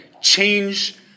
change